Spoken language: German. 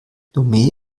lomé